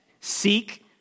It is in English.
seek